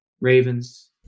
Ravens